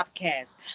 podcast